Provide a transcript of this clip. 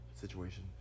situation